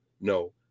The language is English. no